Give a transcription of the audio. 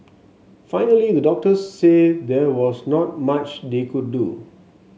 finally the doctors said there was not much they could do